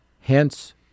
Hence